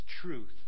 truth